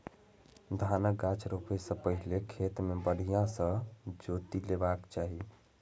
धानक गाछ रोपै सं पहिने खेत कें बढ़िया सं जोति लेबाक चाही